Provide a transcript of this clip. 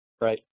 Right